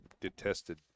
detested